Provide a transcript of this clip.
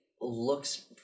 looks